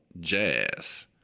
Jazz